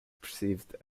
perceived